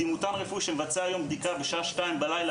לדימותן רפואי שמבצע בדיקה בשעה 02:00 בלילה